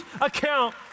account